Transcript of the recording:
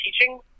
teaching